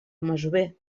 masover